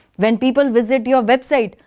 when people visit your website,